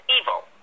evil